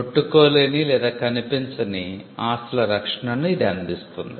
ముట్టుకోలేనికనిపించని ఆస్తుల రక్షణను ఇది అందిస్తుంది